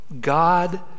God